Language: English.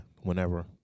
whenever